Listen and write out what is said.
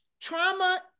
trauma